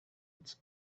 its